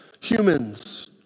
Humans